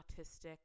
autistic